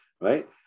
right